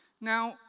Now